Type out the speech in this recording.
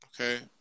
Okay